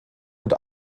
und